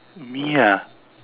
me ah